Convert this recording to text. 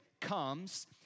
comes